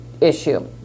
issue